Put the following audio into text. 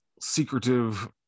secretive